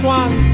one